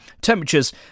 Temperatures